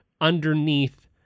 underneath